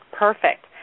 Perfect